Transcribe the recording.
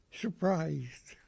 surprised